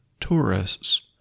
tourists